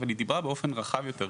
אבל היא דיברה באופן רחב יותר,